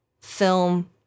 film